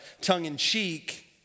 tongue-in-cheek